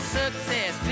success